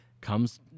comes